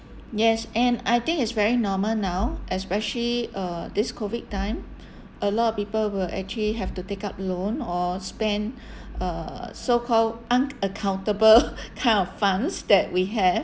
yes and I think it's very normal now especially uh this COVID time a lot of people will actually have to take up loan or spend uh so-called unaccountable kind of funds that we have